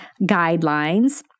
guidelines